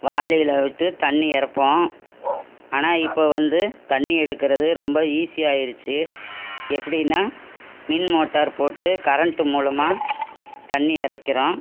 வாலியில் விட்டு தண்ணி இறைப்போம் ஆனால் இப்போ வந்து தண்ணி எடுக்கிறது ரொம்ப ஈஸியாக ஆகிடுச்சு எப்படின்னா மின் மோட்டார் போட்டு கரண்ட்டு மூலமாக தண்ணி இறைக்கிறோம்